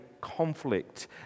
conflict